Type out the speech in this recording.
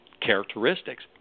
characteristics